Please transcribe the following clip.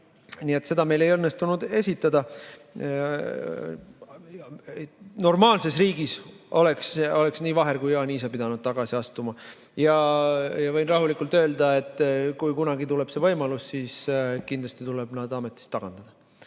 Nii et seda meil ei õnnestunud esitada. Normaalses riigis oleksid nii Vaher kui ka Jaani pidanud ise tagasi astuma. Võin rahulikult öelda, et kui kunagi tuleb see võimalus, siis kindlasti tuleb nad ametist tagandada.